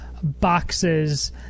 boxes